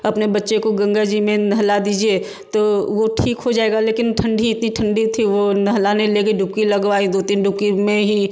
अपने बच्चे को गंगा जी में नहला दीजिए तो वो ठीक हो जाएगा लेकिन ठंडी इतनी ठंडी थी वो नहलाने ले गई डुबकी लगवाई दो तीन डूबकी में ही